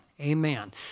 amen